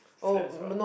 flats right